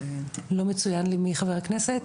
לא מצוין לי מי חבר הכנסת,